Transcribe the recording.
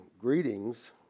greetings